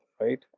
Right